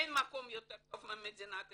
אין מקום יותר טוב ממדינת ישראל,